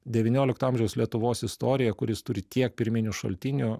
devyniolikto amžiaus lietuvos istorija kuris turi tiek pirminių šaltinių